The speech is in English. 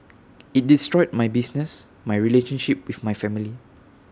IT destroyed my business my relationship with my family